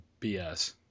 BS